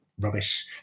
rubbish